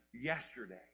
yesterday